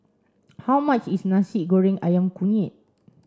how much is Nasi Goreng Ayam Kunyit